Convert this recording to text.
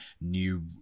new